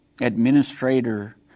administrator